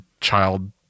child